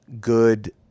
good